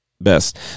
best